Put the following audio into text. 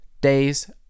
days